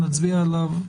נצביע עליו.